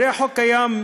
הרי חוק קיים,